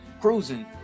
cruising